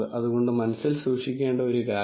അതുകൊണ്ട് മനസ്സിൽ സൂക്ഷിക്കേണ്ട ഒരു കാര്യം